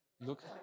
Look